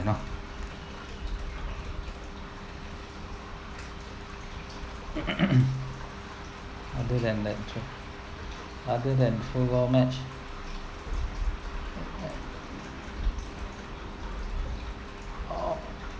other than that trip other than football match